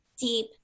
deep